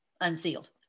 unsealed